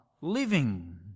living